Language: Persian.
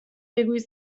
بگویید